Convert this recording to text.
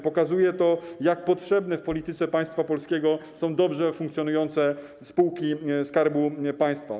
Pokazuje to, jak potrzebne w polityce państwa polskiego są dobrze funkcjonujące spółki Skarbu Państwa.